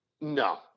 No